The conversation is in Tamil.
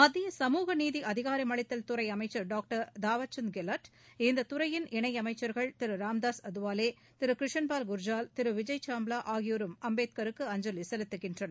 மத்திய சமூக நீதி அதிகாரமளித்தல் துறை அமைச்சர் டாக்டர் தாவர்சந்த் கெலாட் இந்த துறையின் இணையமைச்சரகள் திரு ராம்தாஸ் அதவாலே திரு கிருஷன்பால் குர்ஜால் திரு விஜய் சாம்ப்லா ஆகியோரும் அம்பேத்கருக்கு அஞ்சலி செலுத்துகின்றனர்